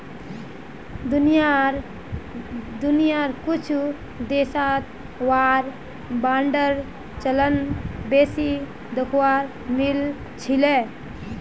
दुनियार कुछु देशत वार बांडेर चलन बेसी दखवा मिल छिले